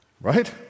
Right